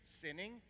sinning